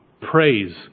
praise